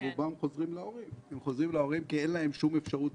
רובם חוזרים להורים כי אין להם שום אפשרות